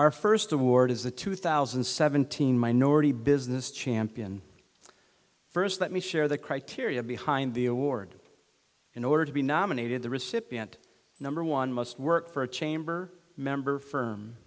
our first award is a two thousand and seventeen minority business champion first let me share the criteria behind the award in order to be nominated the recipient number one must work for a chamber member f